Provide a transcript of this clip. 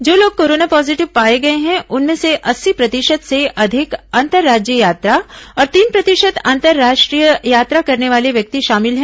जो लोग corona positive पाए गए हैं उनमें से अस्सी प्रतिशत से अधिक अंतर्राज्यीय यात्रा और तीन प्रतिशत अंतर्राष्ट्रीय यात्रा करने वाले व्यक्ति शामिल हैं